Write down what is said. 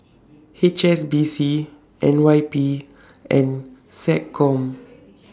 H S B C N Y P and Seccom